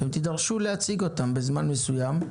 אתם תידרשו להציג אותם בזמן מסוים,